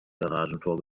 garagentor